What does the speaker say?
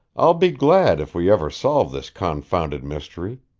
i'll be glad if we ever solve this confounded mystery.